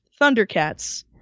Thundercats